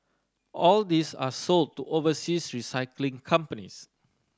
all these are sold to overseas recycling companies